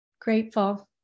grateful